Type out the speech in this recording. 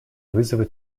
вызовы